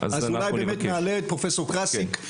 אז אולי באמת נעלה את פרופ' קרסיק.